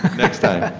next time.